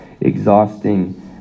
exhausting